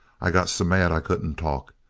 i got so mad i couldn't talk.